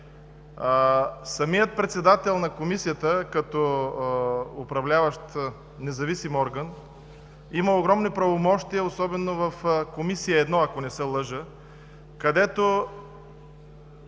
Председателят на Комисията като управляващ независим орган има огромни правомощия, особено в Комисия 1, ако не се лъжа, където